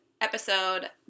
episode